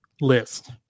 list